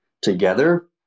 Together